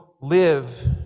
live